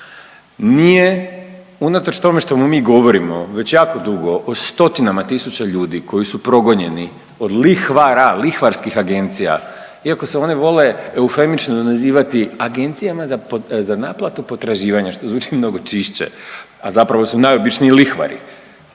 nije unatoč tome što mu mi govorimo već jako dugo o stotinama tisuća ljudi koji su progonjeni od lihvara, lihvarskih agencija iako se one vole eufemično nazivati agencijama za naplatu potraživanja što zvuči mnogo čišće, a zapravo su najobičniji lihvari,